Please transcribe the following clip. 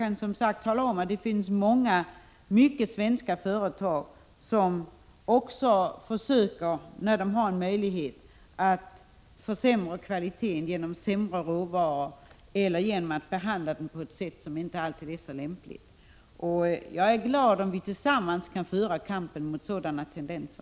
Men jag kan tala om att det finns många svenska företag som försöker, när de har möjlighet, att försämra kvaliteten på maten genom att använda dåliga råvaror eller genom att behandla maten på ett sätt som inte alltid är så lämpligt. Jag är glad om vi tillsammans kan föra kampen mot sådana tendenser.